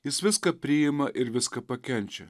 jis viską priima ir viską pakenčia